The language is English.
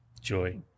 joy